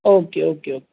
okay okay okay